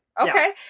Okay